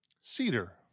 Cedar